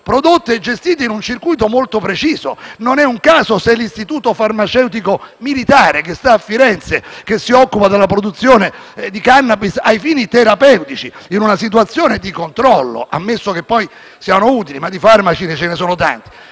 prodotte e gestite in un circuito molto preciso. Anche l'Istituto farmaceutico militare, che sta a Firenze, si occupa della produzione di *cannabis* ai fini terapeutici, in una situazione di controllo (ammesso che poi siano utili, ma di farmaci ce ne sono tanti).